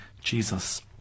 Jesus